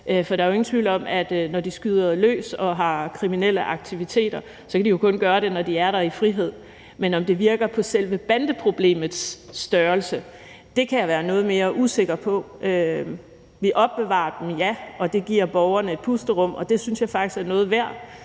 værd. Der er jo ingen tvivl om, at når de skyder løs og har kriminelle aktiviteter, kan de kun gøre det, når de er der i frihed. Men om det virker på selve bandeproblemets størrelse, kan jeg være noget mere usikker på. Vi opbevarer dem, ja, og det giver borgerne et pusterum, og det synes jeg faktisk er noget værd,